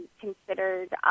considered